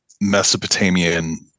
Mesopotamian